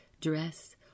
dress